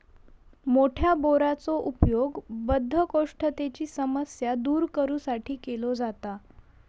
मोठ्या बोराचो उपयोग बद्धकोष्ठतेची समस्या दूर करू साठी केलो जाता